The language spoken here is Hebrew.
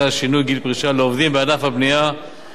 של ד"ר חבר הכנסת עפו אגבאריה ואחרים.